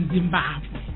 Zimbabwe